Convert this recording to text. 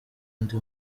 ndi